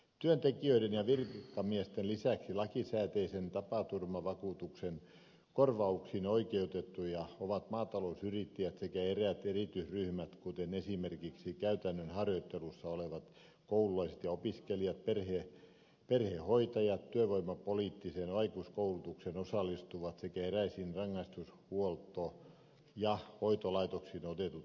työntekijöiden ja virkamiesten lisäksi lakisääteisen tapaturmavakuutuksen korvauksiin oikeutettuja ovat maatalousyrittäjät sekä eräät erityisryhmät kuten esimerkiksi käytännön harjoittelussa olevat koululaiset ja opiskelijat perhehoitajat työvoimapoliittiseen aikuiskoulutukseen osallistuvat sekä eräisiin rangaistus huolto ja hoitolaitoksiin otetut henkilöt